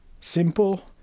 simple